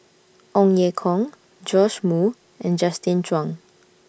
Ong Ye Kung Joash Moo and Justin Zhuang